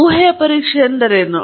ಊಹೆಯ ಪರೀಕ್ಷೆ ಎಂದರೇನು